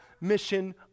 mission